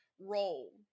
role